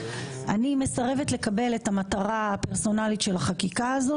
אני מסרבת לקבל את המטרה הפרסונלית של החקיקה הזאת